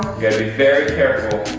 gotta be very careful.